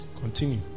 continue